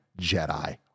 Jedi